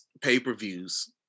pay-per-views